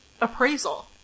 appraisal